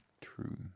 true